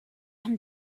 him